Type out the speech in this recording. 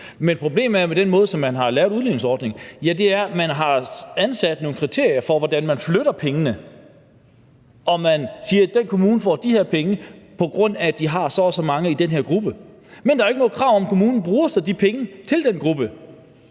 på, er, at man har sat nogle kriterier for, hvordan man flytter pengene. Og man siger, at den kommune får de her penge på grund af, at de har så og så mange i den her gruppe. Men der er jo ikke noget krav om, at kommunen så bruger de penge til den gruppe.